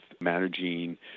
managing